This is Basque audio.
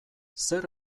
zer